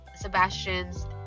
sebastian's